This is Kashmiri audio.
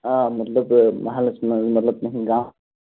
آ مطلب محلس منٛزمطلب